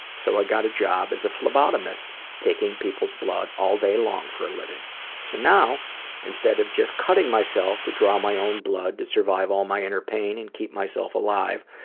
so i got a job as a phlebotomist taking people's blood all day long for a living so now instead of just cutting myself to draw my own blood to survive all my inner pain and keep myself alive,